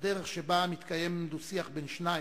הדרך שבה מתקיים דו-שיח בין שניים,